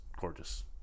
gorgeous